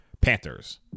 Panthers